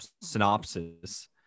synopsis